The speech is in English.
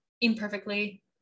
imperfectly